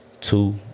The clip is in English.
two